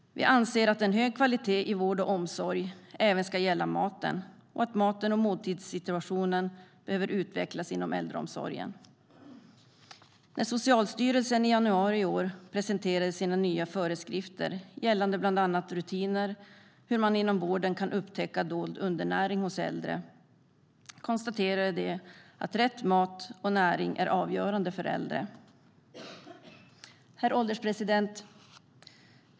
Vi anser att en hög kvalitet i vård och omsorg även ska gälla maten och att maten och måltidssituationen behöver utvecklas inom äldreomsorgen. Herr ålderspresident!